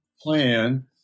plan